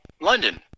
london